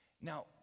Now